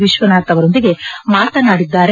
ವಿಶ್ವನಾಥ್ ಅವರೊಂದಿಗೆ ಮಾತನಾಡಿದ್ದಾರೆ